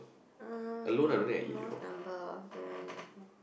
uh most number of durians you have ever